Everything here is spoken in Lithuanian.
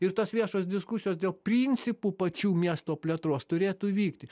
ir tos viešos diskusijos dėl principų pačių miesto plėtros turėtų vykti